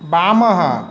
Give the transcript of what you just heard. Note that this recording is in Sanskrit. वामः